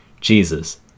Jesus